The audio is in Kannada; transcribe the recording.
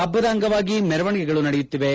ಪಬ್ಲದ ಅಂಗವಾಗಿ ಮರವಣಿಗಳು ನಡೆಯುತ್ತಿವೆ